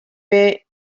bay